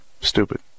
stupid